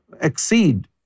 exceed